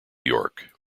york